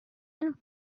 and